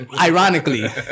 Ironically